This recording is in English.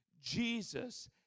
Jesus